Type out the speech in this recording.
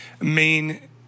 main